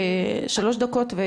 שלוש דקות.